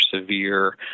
severe